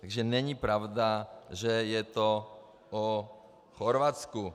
Takže není pravda, že je to o Chorvatsku.